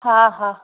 हा हा